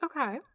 Okay